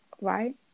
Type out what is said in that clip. Right